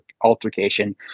altercation